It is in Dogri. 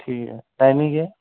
ठीक ऐ टाइमिंग केह् ऐ